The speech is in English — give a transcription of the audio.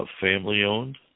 family-owned